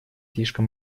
слишком